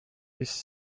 his